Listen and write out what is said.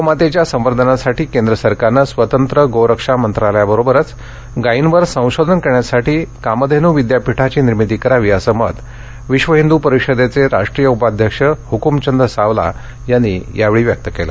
गोमातेच्या संवर्धनासाठी केंद्र सरकारनं स्वतंत्र गौरक्षा मंत्रालयाबरोबरच गायींवर संशोधन करण्यासाठी कामधेनू विद्यापीठाची निर्मिती करावी असं मत विश्व हिंदू परिषदेचे राष्ट्रीय उपाध्यक्ष हकुमचंद सावला यांनी या वेळी व्यक्त केलं